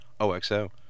OXO